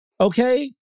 okay